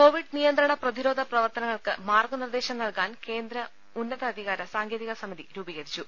Covid നിയന്ത്രണ പ്രതിരോധ പ്രവർത്തനങ്ങൾക്ക് മാർഗ്ഗു നിർദ്ദേശം നൽകാൻ കേന്ദ്രം ഉന്നതാധികാര സാങ്കേതിക സമിതി രൂപീകരിച്ചു